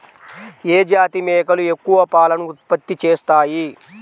ఏ జాతి మేకలు ఎక్కువ పాలను ఉత్పత్తి చేస్తాయి?